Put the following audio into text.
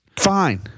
fine